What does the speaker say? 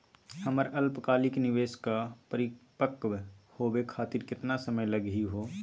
हमर अल्पकालिक निवेस क परिपक्व होवे खातिर केतना समय लगही हो?